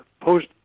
post